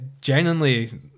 genuinely